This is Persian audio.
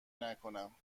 نکنم